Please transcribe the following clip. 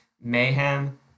mayhem